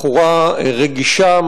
בחורה רגישה,